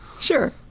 Sure